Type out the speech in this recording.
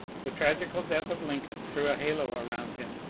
the tragical death of lincoln threw a halo around him,